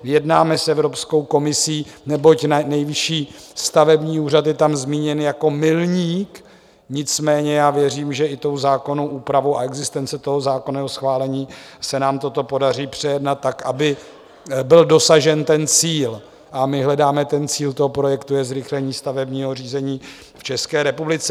Jednáme s Evropskou komisí, neboť Nejvyšší stavební úřad je tam zmíněn jako milník, nicméně já věřím, že i zákonnou úpravou a existencí zákonného schválení se nám toto podaří předjednat tak, aby byl dosažen ten cíl, a my hledáme ten cíl toho projektu je zrychlení stavebního řízení v České republice.